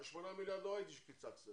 ה-8 מיליארד לא ראיתי שקיצצתם.